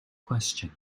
question